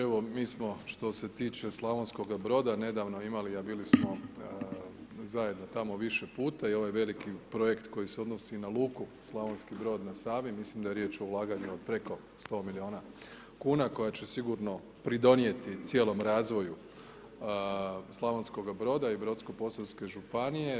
Evo, mi smo što se tiče Slavonskoga Broda, nedavno imali, a bili smo zajedno tamo više puta i ovaj veliki Projekt koji se odnosi na Luku Slavonski Brod na Savi, mislim da je riječ o ulaganju od preko 100 milijuna kuna koja će sigurno pridonijeti cijelome razvoju Slavonskog Broda i Brodsko-posavske županije.